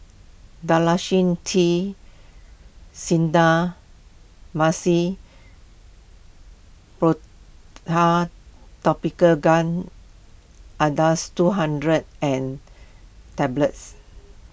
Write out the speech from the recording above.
Dalacin T Clindamycin Topical Gel Acardust two hundred and Tablets